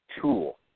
tool